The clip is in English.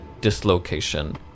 dislocation